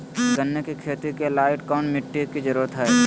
गन्ने की खेती के लाइट कौन मिट्टी की जरूरत है?